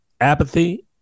apathy